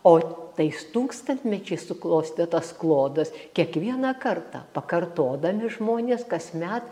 o tais tūkstantmečiais suklostė tas klodas kiekvieną kartą pakartodami žmonės kasmet